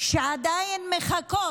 שעדיין מחכות.